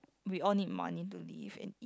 we all need money to live